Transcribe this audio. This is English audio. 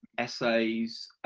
essays.